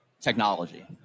technology